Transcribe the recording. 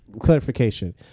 clarification